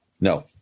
No